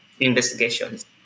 Investigations